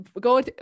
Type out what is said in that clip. go